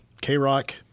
K-Rock